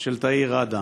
של תאיר ראדה.